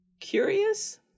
Curious